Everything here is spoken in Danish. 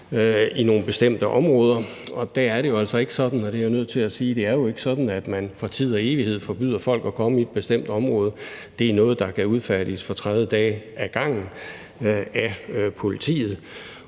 i nogle bestemte områder. Der er det jo altså ikke sådan, og det er jeg nødt til at sige, at man for tid og evighed forbyder folk at komme i et bestemt område. Det er noget, der kan udfærdiges for 30 dage ad gangen af politiet,